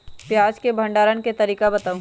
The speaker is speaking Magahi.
प्याज के भंडारण के तरीका बताऊ?